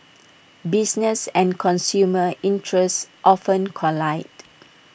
business and consumer interests often collide